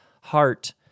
heart